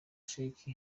sheikh